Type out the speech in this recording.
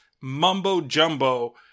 mumbo-jumbo